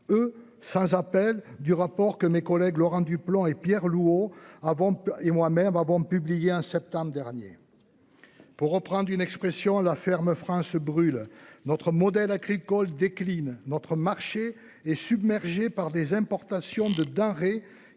eux sans appel du rapport que mes collègues Laurent Duplomb et Pierre Louÿs au avant et moi-même avons publié en septembre dernier. Pour reprendre une expression la ferme freins se brûle notre modèle agricole décline notre marché est submergée par des importations de denrées